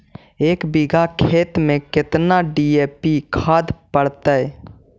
एक बिघा खेत में केतना डी.ए.पी खाद पड़तै?